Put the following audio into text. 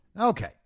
Okay